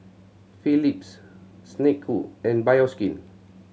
Phillips Snek Ku and Bioskin